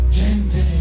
gente